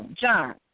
John